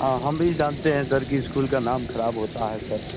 हाँ हम भी जानते हैं सर कि इस्कूल का नाम खराब होता है सर